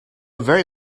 very